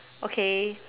okay